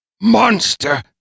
Monster